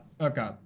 Okay